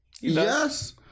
Yes